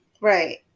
Right